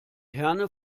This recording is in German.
herne